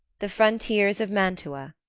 the frontiers of mantua.